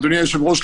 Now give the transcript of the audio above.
אדוני היושב-ראש,